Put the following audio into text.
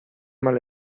mal